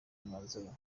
umwanzuro